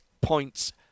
points